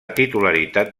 titularitat